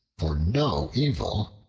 for no evil,